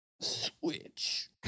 Switch